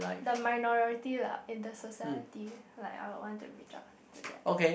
the minority lah in the society like I will want to reach out to them